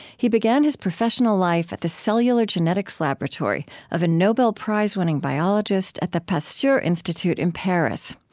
he began his professional life at the cellular genetics laboratory of a nobel prize-winning biologist at the pasteur institute in paris.